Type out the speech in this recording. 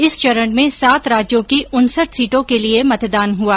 इस चरण में सात राज्यों की उनसठ सीटों के लिए मतदान हुआ